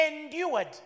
endured